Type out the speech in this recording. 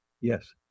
Yes